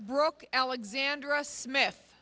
brooke alexander a smith